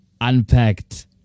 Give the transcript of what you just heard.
unpacked